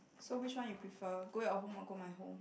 so which one you prefer go your home or go my home